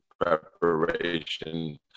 preparation